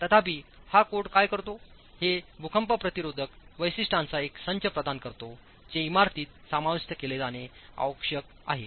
तथापि हा कोड काय करतो हे भूकंप प्रतिरोधक वैशिष्ट्यांचा एक संच प्रदान करतो जे इमारतीत समाविष्ट केले जाणे आवश्यक आहे